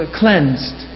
cleansed